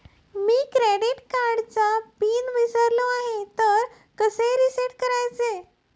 मी credit कार्डचा pin विसरलो आहे तर कसे रीसेट करायचे?